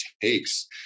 takes